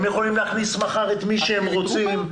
הם יכולים להכניס מחר את מי שהם רוצים.